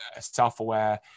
self-aware